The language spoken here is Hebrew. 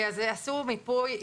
עשו מיפוי,